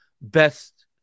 best